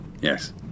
Yes